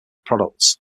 products